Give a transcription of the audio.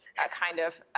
kind of.